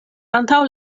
antaŭ